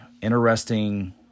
interesting